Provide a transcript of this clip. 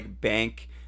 bank